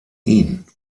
ihn